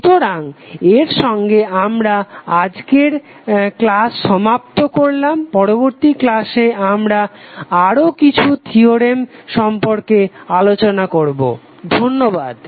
সুতরাং এর সঙ্গে আমরা আমাদের আজকের ক্লাস সমাপ্ত করলাম পরবর্তী ক্লাসে আমরা আরও কিছু থিওরেম সম্পর্কে আলোচনা করবো ধন্যবাদ